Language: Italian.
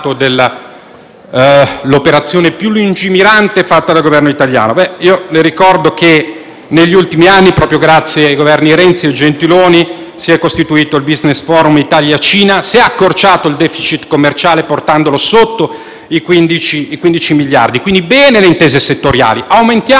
negli ultimi anni, proprio grazie ai Governi Renzi e Gentiloni Silveri, si è costituito il *business forum* Italia-Cina e si è accorciato il *deficit* commerciale, portandolo sotto i 15 miliardi di euro. Quindi, bene le intese settoriali: aumentiamole e permettiamo al nostro sistema Paese di essere competitivo e presente con le piccole e medie imprese, perché quelle più grandi